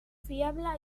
fiable